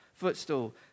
footstool